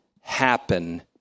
happen